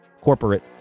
corporate